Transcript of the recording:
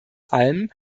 allem